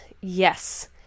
Yes